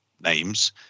names